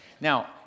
Now